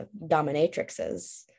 dominatrixes